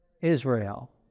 Israel